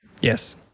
Yes